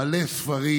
עם מלא ספרים.